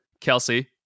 Kelsey